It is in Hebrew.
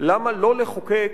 למה לא לחוקק